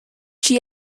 she